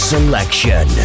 Selection